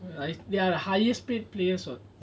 like they are the highest paid players [what]